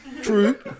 true